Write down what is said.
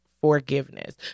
forgiveness